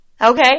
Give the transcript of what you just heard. Okay